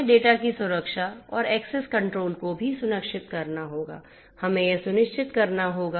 हमें डेटा की सुरक्षा और एक्सेस कंट्रोल को भी सुनिश्चित करना होगा